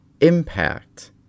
impact